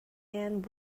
ann